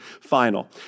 final